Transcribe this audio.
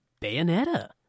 Bayonetta